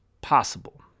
possible